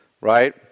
right